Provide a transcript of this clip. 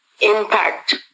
impact